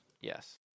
Yes